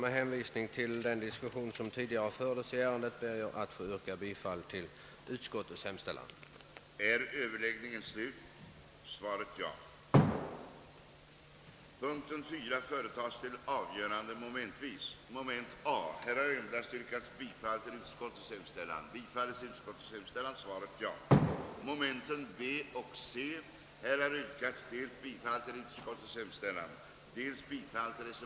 Med hänvisning till den tidigare debatten ber jag bara att få yrka bifall till den vid utskottets betänkande fogade reservationen nr 1.